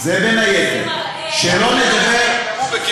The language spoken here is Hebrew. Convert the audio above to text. זה מראה שיש כוח רצון.